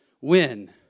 win